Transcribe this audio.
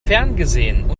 ferngesehen